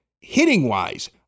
hitting-wise